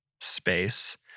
space